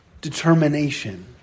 determination